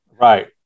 right